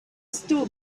still